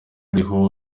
uriho